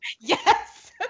Yes